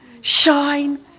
shine